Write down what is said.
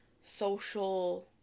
social